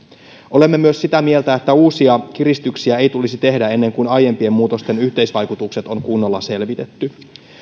olemme myös sitä mieltä että uusia kiristyksiä ei tulisi tehdä ennen kuin aiempien muutosten yhteisvaikutukset on kunnolla selvitetty